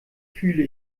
fühle